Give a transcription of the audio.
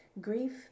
grief